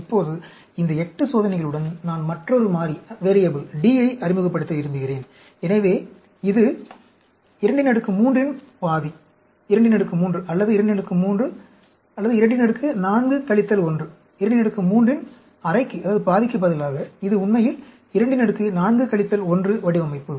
இப்போது இந்த 8 சோதனைகளுடன் நான் மற்றொரு மாறி D ஐ அறிமுகப்படுத்த விரும்புகிறேன் எனவே இது 23 இன் ½ 23 அல்லது 23 24 1 23 இன் ½ க்குப் பதிலாக இது உண்மையில் 24 1 வடிவமைப்பு